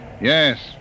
Yes